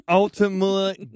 ultimate